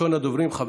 מס' 101, 105